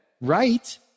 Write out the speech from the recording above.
Right